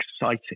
exciting